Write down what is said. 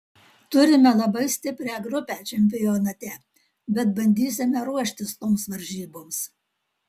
turime labai stiprią grupę čempionate bet bandysime ruoštis toms varžyboms